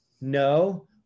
no